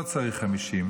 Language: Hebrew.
לא צריך 50,